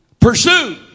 pursue